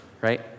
right